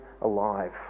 alive